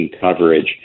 coverage